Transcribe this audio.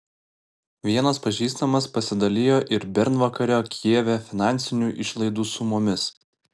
vienas pažįstamas pasidalijo ir bernvakario kijeve finansinių išlaidų sumomis